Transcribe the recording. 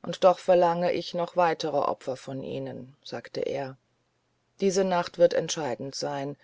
und doch verlange ich noch weitere opfer von ihnen sagte er diese nacht wird entscheidend sein